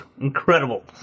Incredible